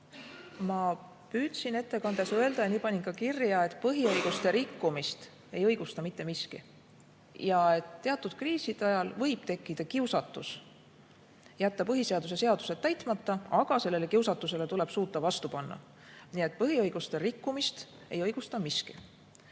Ma püüdsin ettekandes öelda ja nii panin ka kirja, et põhiõiguste rikkumist ei õigusta mitte miski ja et teatud kriiside ajal võib tekkida kiusatus jätta põhiseadus ja seadused täitmata. Aga sellele kiusatusele tuleb suuta vastu panna. Nii et põhiõiguste rikkumist ei õigusta miski. Nüüd,